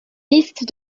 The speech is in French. liste